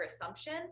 assumption